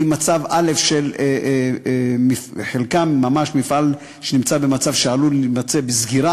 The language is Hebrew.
ממצב א' חלקם ממש מפעל שנמצא במצב שעלול להימצא בסגירה,